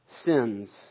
Sins